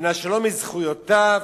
ולנשלו מזכויותיו.